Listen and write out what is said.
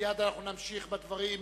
מייד נמשיך בדברים.